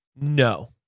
no